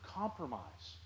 compromise